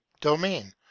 domain